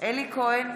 אלי כהן,